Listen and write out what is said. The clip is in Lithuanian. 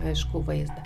aišku vaizdą